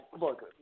look